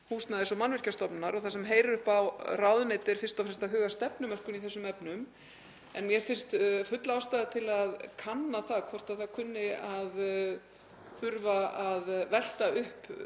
Húsnæðis- og mannvirkjastofnunar. Það sem heyrir upp á ráðuneytið er fyrst og fremst að huga að stefnumörkun í þessum efnum. En mér finnst full ástæða til að kanna hvort það þurfi að velta því